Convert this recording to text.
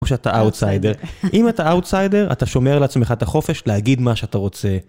כמו שאתה אאוטסיידר, אם אתה אאוטסיידר אתה שומר לעצמך את החופש להגיד מה שאתה רוצה.